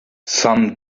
some